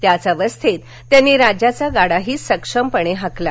त्याच अवस्थेत त्यांनी राज्याचा गाडाही सक्षमपणे हाकला